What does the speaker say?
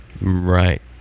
Right